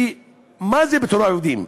מה זה פיטורי עובדים?